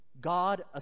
God